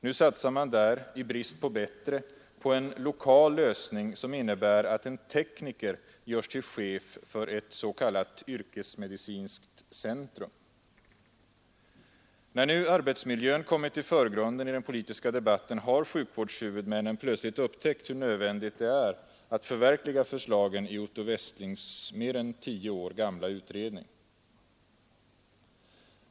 Nu satsar man där — i brist på bättre — på en lokal lösning som innebär att en tekniker görs till chef för ett s.k. yrkesmedicinskt centrum. När nu arbetsmiljön kommit i förgrunden i den politiska debatten har sjukvårdshuvudmännen plötsligt upptäckt hur nödvändigt det är att förverkliga förslagen i Otto Westlings mer än tio år gamla utredning.